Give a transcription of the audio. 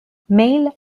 male